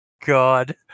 God